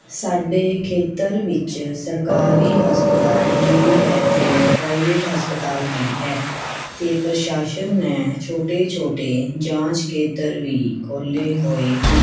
ਸਾਡੇ ਖੇਤਰ ਵਿੱਚ ਸਰਕਾਰੀ ਹਸਪਤਾਲ ਵੀ ਹੈ ਅਤੇ ਪ੍ਰਾਈਵੇਟ ਹਸਪਤਾਲ ਵੀ ਹੈ ਅਤੇ ਪ੍ਰਸ਼ਾਸ਼ਨ ਨੇ ਛੋਟੇ ਛੋਟੇ ਜਾਂਚ ਕੇਂਦਰ ਵੀ ਖੋਲ੍ਹੇ ਹੋਏ ਹਨ